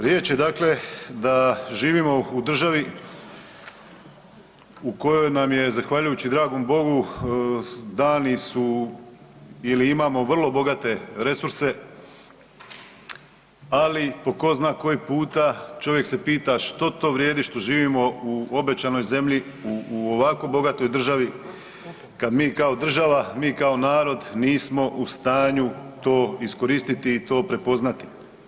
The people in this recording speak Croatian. Riječ je dakle da živimo u državi u kojoj nam je zahvaljuju dragom Bogu dani su ili imamo vrlo bogate resurse, ali po zna koji puta čovjek se pita što to vrijedi što živimo u obećanoj zemlji u ovako bogatoj državi, kad mi kao država, mi kao narod nismo u stanju to iskoristiti i to prepoznati.